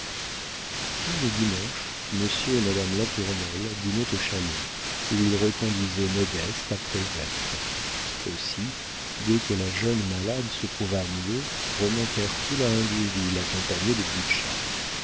tous les dimanches monsieur et madame latournelle dînaient au chalet où ils reconduisaient modeste après vêpres aussi dès que la jeune malade se trouva mieux remontèrent ils à ingouville accompagnés de